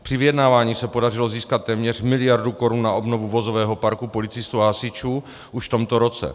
Při vyjednávání se podařilo získat téměř miliardu korun na obnovu vozového parku policistů a hasičů už v tomto roce.